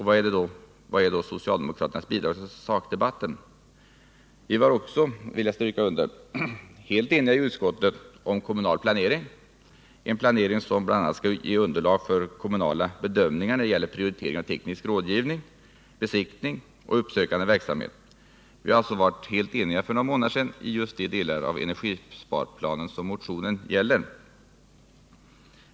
Vad är då socialdemokraternas bidrag till sakdebatten? Vi var också, vill jag stryka under, helt eniga i utskottet om kommunal planering — en planering som bl.a. skall ge underlag för kommunala bedömningar när det gäller prioritering av teknisk rådgivning, besiktning och uppsökande verksamhet. Vi var alltså för några månader sedan helt eniga i just de delar av energisparplanen som motionen gäller.